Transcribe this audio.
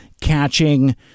catching